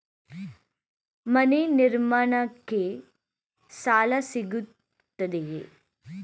ಮನೆ ನಿರ್ಮಾಣಕ್ಕೆ ಸಾಲ ಸಿಗುತ್ತದೆಯೇ?